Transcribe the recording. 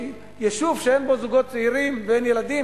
יישוב שאין בו זוגות צעירים ואין ילדים,